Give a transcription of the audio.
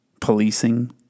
policing